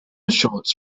shots